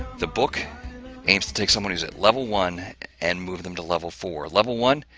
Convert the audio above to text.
the book aims to take someone who's at level one and move them to level four. level one,